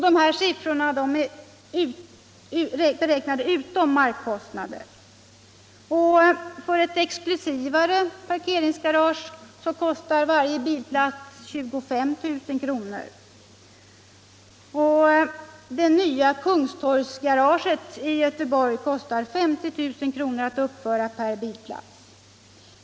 De här siffrorna är beräknade utan tillägg för markkostnader. För ett exklusivare parkeringsgarage kostar varje bilplats 25 000 kr. Det nya Kungstorgsgaraget i Göteborg kostar 50 000 kr. att uppföra per bilplats.